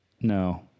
no